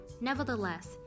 nevertheless